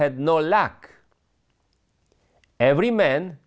had no luck every man